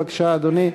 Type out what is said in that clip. בבקשה, אדוני.